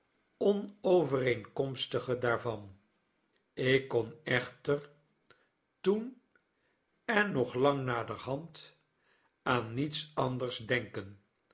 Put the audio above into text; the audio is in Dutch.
het onovereenkomstige daarvan ik kon echter toen en nog lang naderhand aan niets anders denken